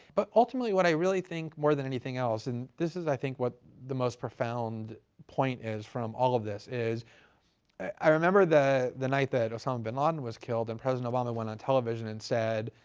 but ultimately, what i really think more than anything else, and this is, i think, what the most profound point is from all of this, is i remember the the night that osama bin laden was killed and president obama went on television and said,